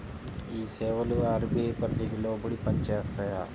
ఈ సేవలు అర్.బీ.ఐ పరిధికి లోబడి పని చేస్తాయా?